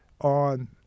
on